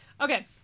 Okay